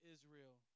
Israel